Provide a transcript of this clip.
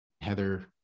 Heather